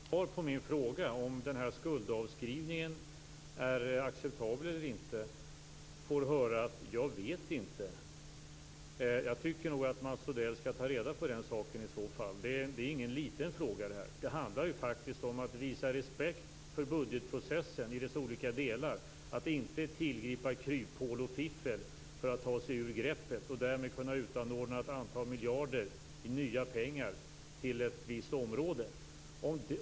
Fru talman! Jag blev väldigt förvånad över att som svar på min fråga om skuldavskrivningen är acceptabel eller inte få höra: Jag vet inte. Jag tycker nog att Mats Odell skall ta reda på den saken i så fall. Det är ingen liten fråga. Det handlar om att visa respekt för budgetprocessen i dess olika delar och att inte tillgripa kryphål och fiffel för att ta sig ur greppet och därmed kunna utanordna ett antal miljarder i nya pengar till ett visst område.